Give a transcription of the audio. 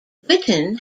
witten